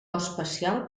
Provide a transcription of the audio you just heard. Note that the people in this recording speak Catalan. especial